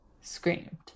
screamed